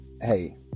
Hey